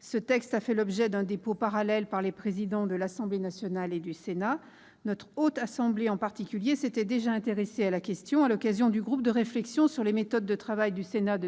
Ce texte a fait l'objet d'un dépôt parallèle par les présidents de l'Assemblée nationale et du Sénat. Notre Haute Assemblée, en particulier, s'était déjà intéressée à cette question à l'occasion de la mission conduite en 2015 par le groupe de réflexion sur les méthodes de travail du Sénat,